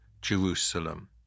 Jerusalem